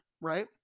right